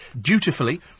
dutifully